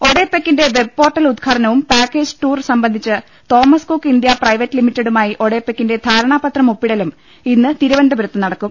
ഒഡേപെക്കിന്റെ web portal ഉദ്ഘാടനവും packaged tour സംബന്ധിച്ച് Thomas Cook India private ലിമിറ്റഡുമായി ഒഡേപെക്കിന്റെ ധാരണാപത്രം ഒപ്പിടലും ഇന്ന് തിരുവനന്തപുരത്ത് നടക്കും